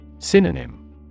Synonym